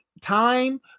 time